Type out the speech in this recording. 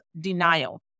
denial